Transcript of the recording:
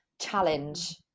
challenge